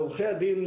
לעורכי דין,